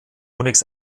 unix